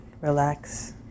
relax